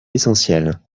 essentiel